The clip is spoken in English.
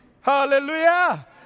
Hallelujah